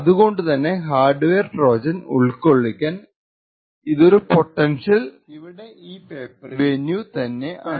അതുകൊണ്ടു തന്നെ hardware trojan ഉൾക്കൊള്ളിക്കാൻ ഇതൊരു പൊട്ടൻഷ്യൽ വെന്യു തന്നെ ആണ്